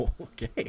Okay